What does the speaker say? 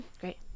Great